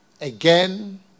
Again